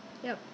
so